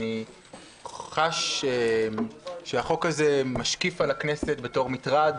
אני חש שהחוק הזה משקיף על הכנסת בתור מטרד,